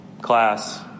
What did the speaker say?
class